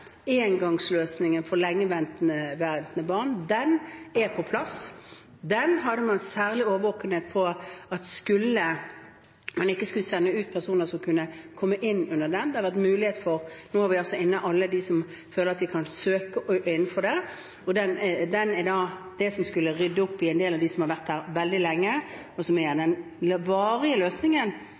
engangsløsningen for lengeværende barn. Den er på plass, og der hadde man en særlig årvåkenhet for at man ikke skulle sende ut personer som kunne komme inn under den. Nå har vi inne alle de som føler at de kan søke innenfor den. Den skulle altså rydde opp i en del av sakene vedrørende personer som har vært her veldig lenge. For den varige løsningen, som skal gjelde for årene fremover, har det aldri vært en